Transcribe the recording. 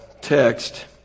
text